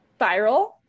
viral